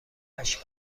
اشک